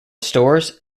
stores